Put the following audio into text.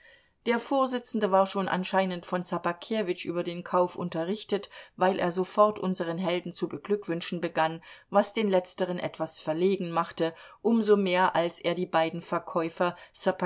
der vorsitzende war schon anscheinend von ssobakewitsch über den kauf unterrichtet weil er sofort unseren helden zu beglückwünschen begann was den letzteren etwas verlegen machte um so mehr als er die beiden verkäufer